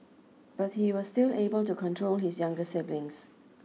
but he was still able to control his younger siblings